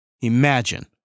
Imagine